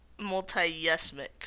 multi-yesmic